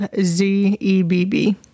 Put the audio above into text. Z-E-B-B